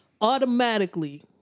Automatically